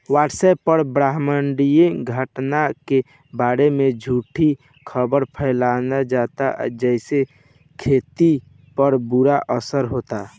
WhatsApp पर ब्रह्माण्डीय घटना के बारे में झूठी खबर फैलावल जाता जेसे खेती पर बुरा असर होता